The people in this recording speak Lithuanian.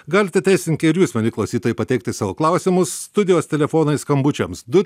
galite teisininkei ir jūs mieli klausytojui pateikti savo klausimus studijos telefonai skambučiams du